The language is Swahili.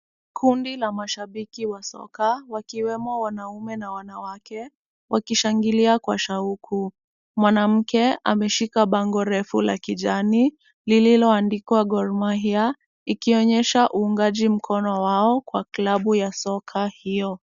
Kundi la mashabiki wa soka, wakiwemo wanaume na wanawake wakishangilia kwa shauku. Mwanamke ameshika bango refu la kijani lililoandikwa Gor Mahia, ikionyesha uungaji mkono wao kwa klabu ya soka hiyo.